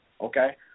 okay